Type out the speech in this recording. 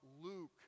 Luke